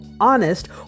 honest